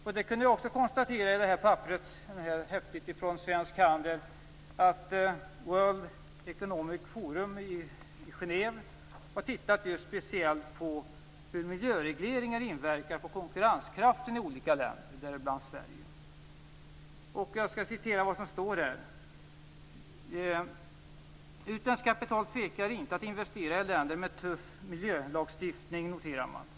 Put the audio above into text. I fråga om häftet från Svensk Handel kan jag också konstatera att World Economic Forum i Genève speciellt har tittat på hur miljöregleringar inverkar på konkurrenskraften i olika länder, bl.a. i Sverige. Det står så här: "Utländskt kapital tvekar inte att investera i länder med tuff miljölagstiftning, noterar man.